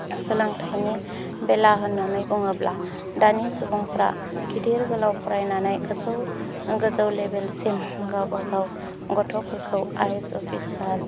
सोलोंथायनि बेला होननानै बुङोब्ला दानि सुबुंफ्रा गिदिर गोलाव फरायनानै गोजौ गोजौ लेभेलसिम गावबा गाव गथ'फोरखौ आइ ए एस अफिसार